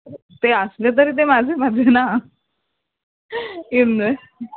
ते असले तरी ते माझे माझे ना इनवेस्ट